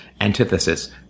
antithesis